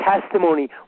testimony